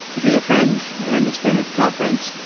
he's a friend and has been at the conference.